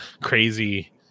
crazy